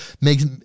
makes